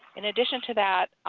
in addition to that,